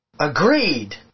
agreed